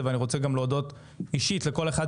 מי שמכיר אותי יודע שזה לא דיון ראשון.